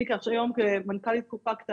אני היום מנכ"לית של קופת חולים קטנה.